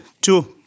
two